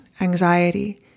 anxiety